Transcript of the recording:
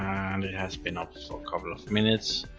and it has been up so couple of minutes.